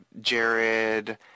Jared